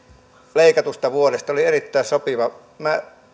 leikatusta vuodesta oli erittäin sopiva minä